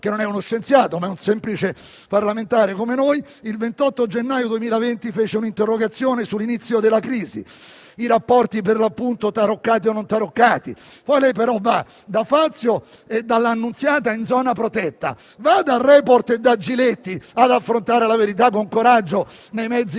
che non è uno scienziato, ma un semplice parlamentare come noi, il 28 gennaio 2020 presentò un'interrogazione sull'inizio della crisi e sui rapporti, per l'appunto, taroccati o non taroccati. Poi però lei va da Fazio e dalla Annunziata in zona protetta; vada a «Report» e da Giletti ad affrontare la verità, con coraggio, nei mezzi